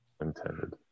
intended